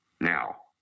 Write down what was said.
Now